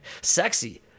sexy